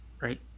right